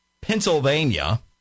Pennsylvania